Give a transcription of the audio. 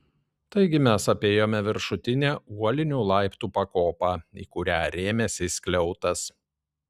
taigi mes apėjome viršutinę uolinių laiptų pakopą į kurią rėmėsi skliautas